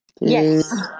Yes